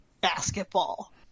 basketball